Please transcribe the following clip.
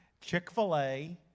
Chick-fil-A